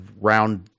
round